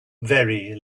very